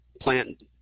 plant